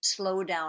slowdown